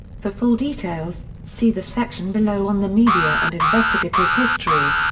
for full details, see the section below on the media and investigative history.